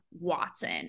Watson